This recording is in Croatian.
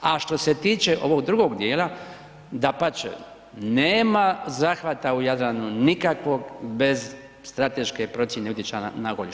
A što se tiče ovog drugog dijela, dapače nema zahvata u Jadranu nikakvog bez strateške procjene utjecaja na okoliš.